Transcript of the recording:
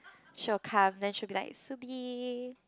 she'll come then she'll be like Subby